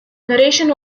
narration